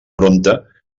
prompte